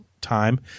time